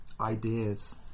ideas